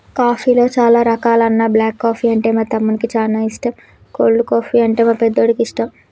కాఫీలో చానా రకాలున్న బ్లాక్ కాఫీ అంటే మా తమ్మునికి చానా ఇష్టం, కోల్డ్ కాఫీ, అంటే మా పెద్దోడికి ఇష్టం